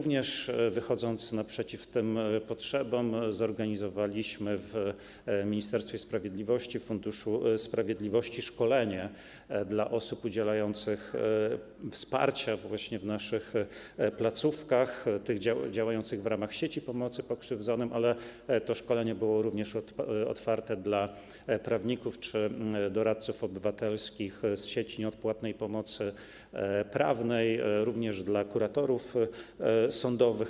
Wychodząc naprzeciw potrzebom, zorganizowaliśmy w Ministerstwie Sprawiedliwości, w ramach środków Funduszu Sprawiedliwości, szkolenie dla osób udzielających wsparcia w naszych placówkach działających w ramach sieci pomocy pokrzywdzonym, ale to szkolenie było również otwarte dla prawników czy doradców obywatelskich z sieci nieodpłatnej pomocy prawnej, również dla kuratorów sądowych.